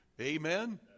Amen